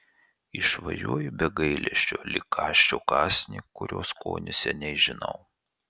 išvažiuoju be gailesčio lyg kąsčiau kąsnį kurio skonį seniai žinau